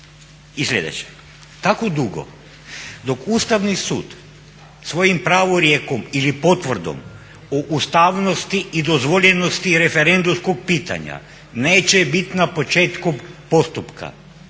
I sljedeće, tako dugo dok Ustavni sud svojim pravorijekom ili potvrdom o ustavnosti i dozvoljenosti referendumskog pitanja neće bit na početku postupka,